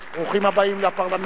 ברוכים הבאים לפרלמנט.